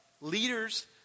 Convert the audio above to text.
leaders